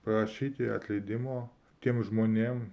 prašyti atleidimo tiem žmonėm